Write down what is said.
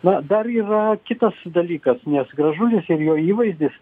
na dar yra kitas dalykas nes gražulis ir jo įvaizdis